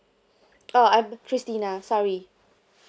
oh I'm christina sorry